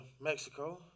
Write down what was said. Mexico